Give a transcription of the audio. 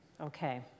Okay